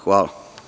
Hvala.